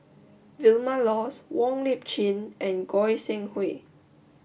Vilma Laus Wong Lip Chin and Goi Seng Hui